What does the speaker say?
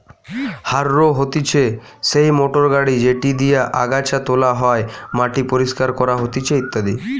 harrow হতিছে সেই motor গাড়ি যেটি দিয়া আগাছা তোলা হয়, মাটি পরিষ্কার করা হতিছে ইত্যাদি